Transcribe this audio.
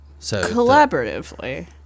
Collaboratively